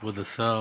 כבוד השר,